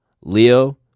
Leo